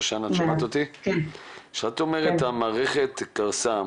כשאת אומרת המערכת קרסה,